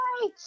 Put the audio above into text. right